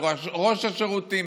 בראש השירותים,